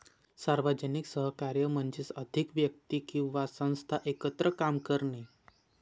सार्वजनिक सहकार्य म्हणजे अधिक व्यक्ती किंवा संस्था एकत्र काम करणे